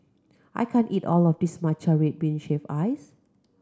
I can't eat all of this matcha red bean shaved ice